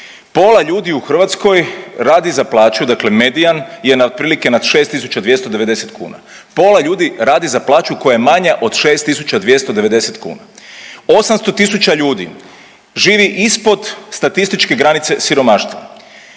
Pola ljudi u Hrvatskoj radi za plaću dakle medijan je otprilike na 6.290 kuna, pola ljudi radi za plaću koja je manja od 6.290 kuna, 800.000 ljudi živi ispod statističke granice siromaštva,